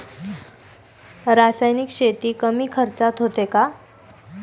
रासायनिक शेती कमी खर्चात होते का?